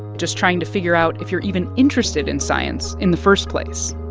just trying to figure out if you're even interested in science in the first place?